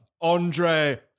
Andre